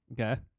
Okay